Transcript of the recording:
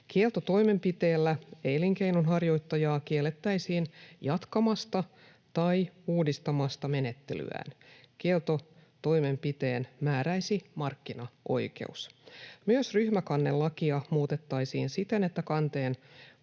Kieltotoimenpiteellä elinkeinonharjoittajaa kiellettäisiin jatkamasta tai uudistamasta menettelyään. Kieltotoimenpiteen määräisi markkinaoikeus. Myös ryhmäkannelakia muutettaisiin siten, että kanteen